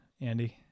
Andy